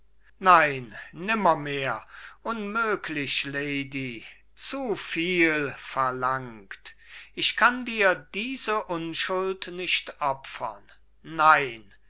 nein nimmermehr unmöglich lady zu viel verlangt ich kann dir diese unschuld nicht opfern nein beim